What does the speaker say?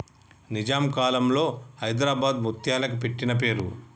నిజాం కాలంలో హైదరాబాద్ ముత్యాలకి పెట్టిన పేరు